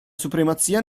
supremazia